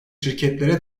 şirketlere